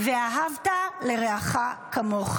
'ואהבת לרעך כמו'.